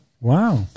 Wow